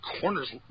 corners